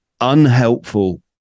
unhelpful